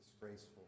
Disgraceful